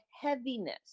heaviness